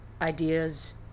ideas